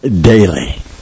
daily